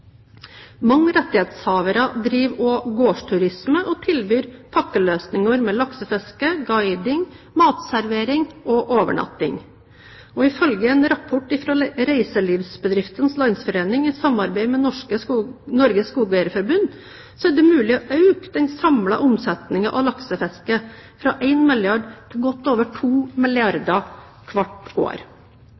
Mange rettighetshavere driver også gårdsturisme og tilbyr pakkeløsninger med laksefiske, guiding, matservering og overnatting. Ifølge en rapport fra Reiselivsbedriftenes Landsforening i samarbeid med Norges Skogeierforbund er det mulig å øke den samlede omsetningen av laksefiske fra 1 milliard kr til godt over 2 milliarder kr hvert år.